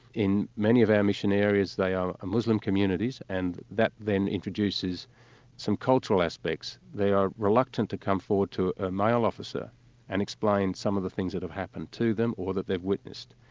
in many of our mission areas they are ah muslim communities, and that then introduces some cultural aspects. they are reluctant to come forward to a male officer and explain some of the things that have happened to them or that they've witnessed.